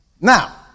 Now